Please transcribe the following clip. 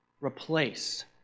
replace